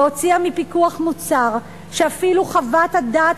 והוציאה מפיקוח מוצר שאפילו חוות הדעת